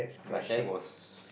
but that was